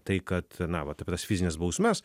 tai kad na vat apie tas fizines bausmes